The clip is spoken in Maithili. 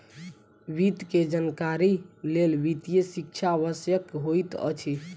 वित्त के जानकारीक लेल वित्तीय शिक्षा आवश्यक होइत अछि